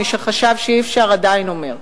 מי שחשב שאי-אפשר עדיין אומר כך.